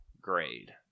grade